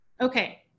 okay